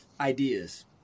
ideas